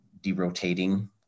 derotating